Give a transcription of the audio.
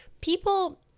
People